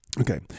Okay